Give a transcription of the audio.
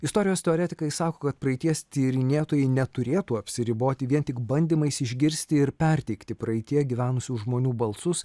istorijos teoretikai sako kad praeities tyrinėtojai neturėtų apsiriboti vien tik bandymais išgirsti ir perteikti praeityje gyvenusių žmonių balsus